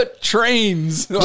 trains